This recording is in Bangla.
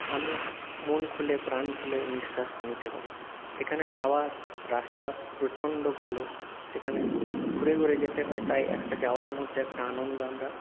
আমি মন খুলে প্রাণ খুলে নিশ্বাস নিতে পারি সেখানে যাওয়ার রাস্তা প্রচণ্ড ভালো সেখানে ঘুরে ঘুরে যেতে হয় তাই একটা যাওয়ার মধ্যে একটা আনন্দ আমরা